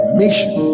mission